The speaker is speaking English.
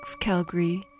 Calgary